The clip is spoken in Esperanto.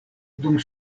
dum